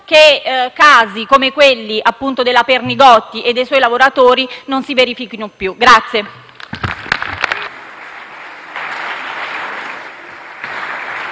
che casi come quello della Pernigotti e dei suoi lavoratori non si verifichino più.